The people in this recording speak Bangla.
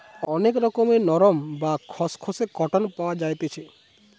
অনেক রকমের নরম, বা খসখসে কটন পাওয়া যাইতেছি